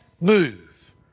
move